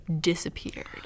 disappeared